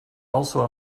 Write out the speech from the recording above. also